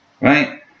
right